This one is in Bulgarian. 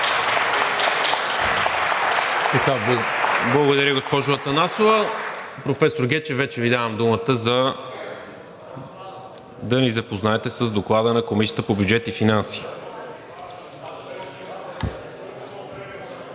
Благодаря, госпожо Атанасова. Професор Гечев, вече Ви давам думата да ни запознаете с Доклада на Комисията по бюджет и финанси.